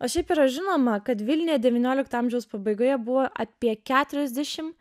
o šiaip yra žinoma kad vilniuje devyniolikto amžiaus pabaigoje buvo apie keturiasdešimt